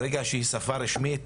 ברגע שהיא שפה רשמית,